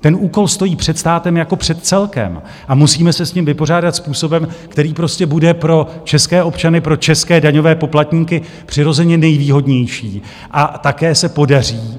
Ten úkol stojí před státem jako před celkem a musíme se s ním vypořádat způsobem, který bude pro české občany, pro české daňové poplatníky přirozeně nejvýhodnější, a také se podaří